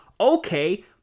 Okay